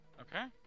Okay